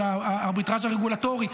הארביטראז' הרגולטורי,